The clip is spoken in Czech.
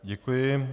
Děkuji.